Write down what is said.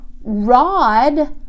rod